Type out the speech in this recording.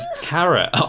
carrot